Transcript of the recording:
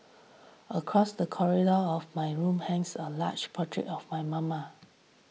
across the corridor of my room hangs a large portrait of my mama